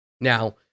Now